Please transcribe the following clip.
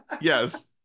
Yes